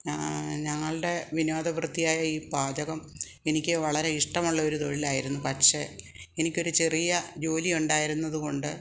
ഞങ്ങളുടെ വിനോദ വൃത്തിയായ ഈ പാചകം എനിക്ക് വളരെ ഇഷ്ടമുള്ള ഒരു തൊഴിലായിരുന്നു പക്ഷേ എനിക്കൊരു ചെറിയ ജോലിയൊണ്ടായിരുന്നതുകൊണ്ട്